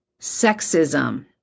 sexism